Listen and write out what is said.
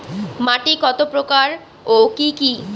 মাটি কতপ্রকার ও কি কী?